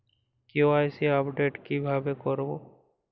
KYC update কিভাবে করবো?